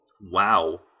Wow